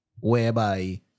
whereby